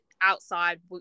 outside